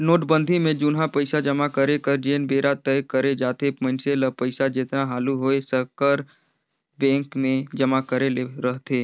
नोटबंदी में जुनहा पइसा जमा करे कर जेन बेरा तय करे जाथे मइनसे ल पइसा जेतना हालु होए सकर बेंक में जमा करे ले रहथे